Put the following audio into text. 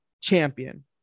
champion